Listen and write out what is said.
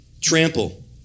Trample